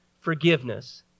forgiveness